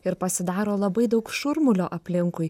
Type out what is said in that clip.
ir pasidaro labai daug šurmulio aplinkui